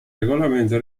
regolamento